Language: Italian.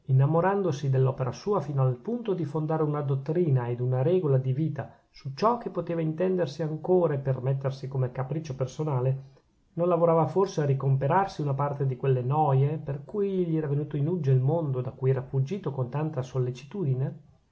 innamorandosi dell'opera sua fino al punto di fondare una dottrina e una regola di vita su ciò che poteva intendersi ancora e permettersi come capriccio personale non lavorava forse a ricomperarsi una parte di quelle noie per cui gli era venuto in uggia il mondo da cui era fuggito con tanta sollecitudine